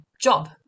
job